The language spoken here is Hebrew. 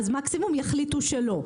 מקסימום יחליטו שלא.